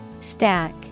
Stack